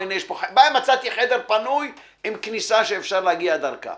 מצאתי חדר פנוי עם כניסה שאפשר להגיע דרכה.